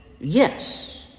yes